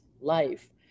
life